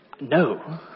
No